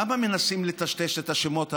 למה מנסים לטשטש את השמות הערביים?